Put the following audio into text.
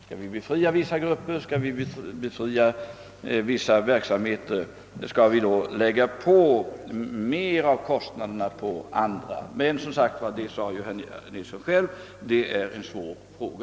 Skall vi befria vissa grupper eller verksamheter från skatt och lägga mer av kostnaderna på andra? Detta är — som herr Nilsson själv sade — en svår fråga.